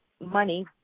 money